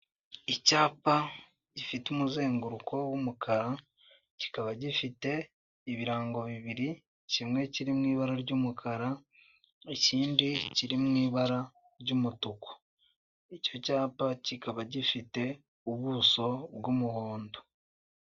Icyapa gifite umuzenguruko w'umukara, kikaba gifite ibirango bibiri kimwe kiri mu ibara ry'umukara, ikindi kiri mu ibara ry'umutuku. Icyo cyapa kikaba gifite ubuso bw'umuhondo.